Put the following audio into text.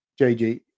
JG